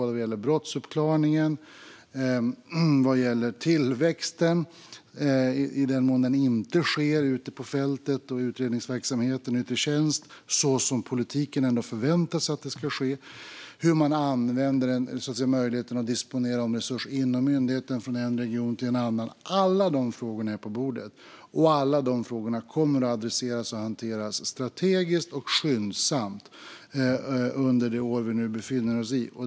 Det gäller både brottsuppklaring och tillväxt. Sker det inte ute på fältet, i utredningsverksamheten och i yttre tjänst så som politiken förväntar sig att det ska ske? Hur använder man möjligheten att disponera om resurser inom myndigheten från en region till en annan? Alla dessa frågor är på bordet, och de frågorna kommer att adresseras och hanteras strategiskt och skyndsamt under det år vi nu befinner oss i.